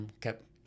kept